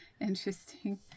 Interesting